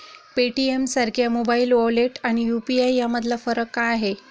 पेटीएमसारख्या mobile wallet आणि UPI यामधला फरक काय आहे?